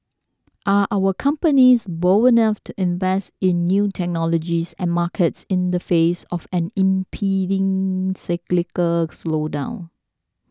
are our companies bold enough to invest in new technology and markets in the face of an impending cyclical slowdown